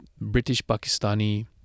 British-Pakistani